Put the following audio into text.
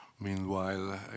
meanwhile